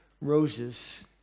roses